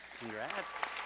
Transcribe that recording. Congrats